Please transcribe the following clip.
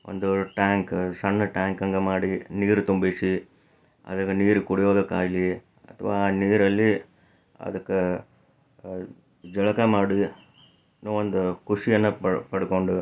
ಒಂದು ಟ್ಯಾಂಕ ಸಣ್ಣ ಟ್ಯಾಂಕಂಗೆ ಮಾಡಿ ನೀರು ತುಂಬಿಸಿ ಅದಗ ನೀರು ಕುಡಿಯೋದಕ್ಕಾಗಲಿ ಅಥವಾ ಆ ನೀರಲ್ಲಿ ಅದಕ್ಕೆ ಜಳಕ ಮಾಡಿ ಏನೋ ಒಂದು ಖುಷಿಯನ್ನು ಪ ಪಡ್ಕೊಂಡು